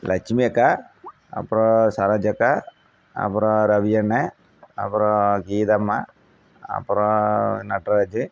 லட்சுமி அக்கா அப்புறம் சரோஜா அக்கா அப்புறம் ரவி அண்ணன் அப்புறம் கீதாம்மா அப்புறம் நட்ராஜு